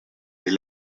des